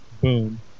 boom